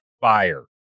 fire